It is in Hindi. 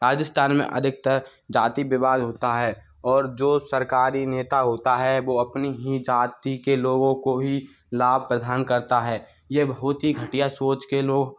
राजस्थान में अधिकतर जाति विवाद होता है और जो सरकारी नेता होता है वो अपनी ही जाति के लोगों को ही लाभ प्रधान करता है ये बहुत ही घटिया सोच के लोग